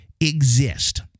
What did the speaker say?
exist